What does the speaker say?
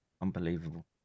Unbelievable